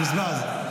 מבוזבז,